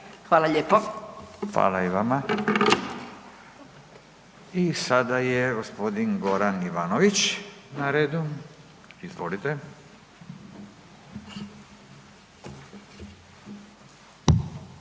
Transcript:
(Nezavisni)** Hvala i vama. I sada je g. Goran Ivanović na redu. Izvolite.